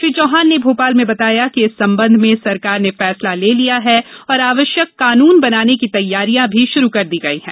श्री चौहान ने भोपाल में बताया कि इस संबंध में सरकार ने फैसला ले लिया है और आवश्यक कानून बनाने की तैयारियां भी प्रारंभ कर दी गयी हैं